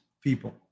people